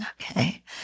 Okay